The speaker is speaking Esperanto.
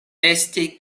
esti